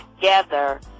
together